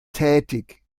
tätig